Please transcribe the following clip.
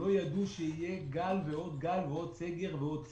לא ידעו שיהיה גל ועוד גל ועוד סגר ועוד סגר,